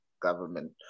government